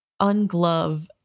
unglove